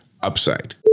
upside